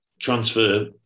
Transfer